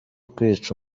kwica